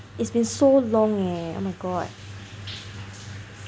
it's been so long leh oh my god